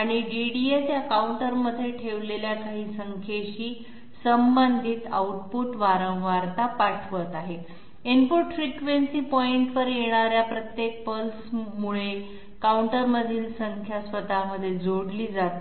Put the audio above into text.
आणि डीडीए त्या काउंटरमध्ये ठेवलेल्या काही संख्येशी संबंधित आउटपुट फिक्वेन्सी पाठवत आहे इनपुट फ्रिक्वेन्सी पॉइंटवर येणार्या प्रत्येक पल्समुळे काउंटरमधील संख्या स्वतःमध्ये जोडली जाते